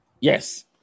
Yes